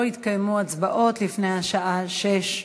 לא יתקיימו הצבעות לפני השעה 18:00,